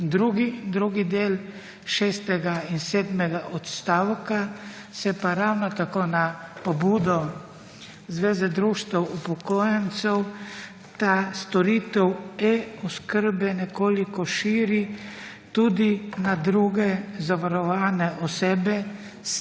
Drugi del šestega in sedmega odstavka se pa ravno tako na pobudo Zveze društev upokojencev ta storitev e-oskrbe nekoliko širi tudi na druge zavarovane osebe